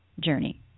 journey